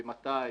ומתי,